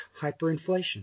hyperinflation